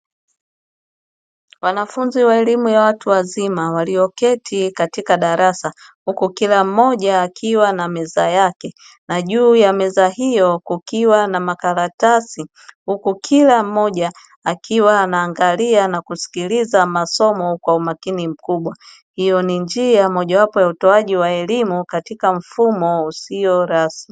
Wanafunzi wa elimu ya watu wazima walikaa kwenye darasa, huku kila mmoja akiwa na meza yake. Na juu ya meza hiyo kukiwa na makaratasi, huku kila mmoja akiwa anaangalia na kusikiliza masomo kwa umakini mkubwa. Hiyo ni njia mojawapo ya utoaji wa elimu katika mfumo usio rasmi.